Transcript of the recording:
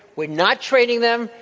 we're not training them.